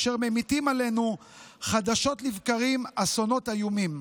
אשר ממיטים עלינו חדשות לבקרים אסונות איומים.